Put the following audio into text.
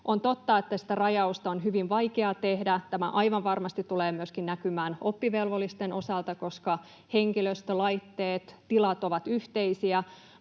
On totta, että sitä rajausta on hyvin vaikea tehdä. Tämä aivan varmasti tulee näkymään myöskin oppivelvollisten osalta, koska henkilöstö, laitteet, tilat ovat yhteisiä,